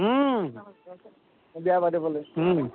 বিয়া পাতিবলৈ